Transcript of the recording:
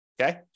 Okay